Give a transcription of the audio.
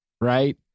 right